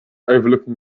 overlooking